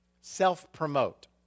self-promote